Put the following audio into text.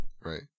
Right